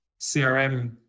CRM